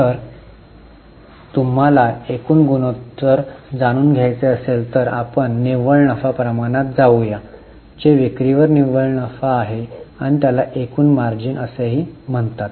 जर तुम्हाला एकूण गुणोत्तर जाणून घ्यायचे असेल तर आपण निव्वळ नफा प्रमाणात जाऊया जे विक्रीवर निव्वळ नफा आहे आणि त्याला एकूण मार्जिन असेही म्हणतात